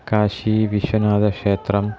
Kashi विश्वनाथक्षेत्रम्